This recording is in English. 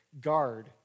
Guard